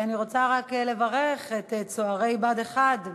אני רוצה רק לברך את צוערי בה"ד 1,